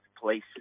police